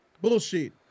Bullshit